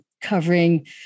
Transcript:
covering